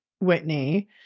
Whitney